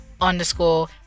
underscore